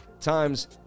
times